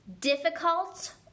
difficult